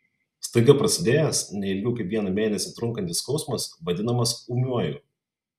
staiga prasidėjęs ne ilgiau kaip vieną mėnesį trunkantis skausmas vadinamas ūmiuoju